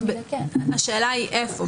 השאלה היא איפה.